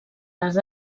les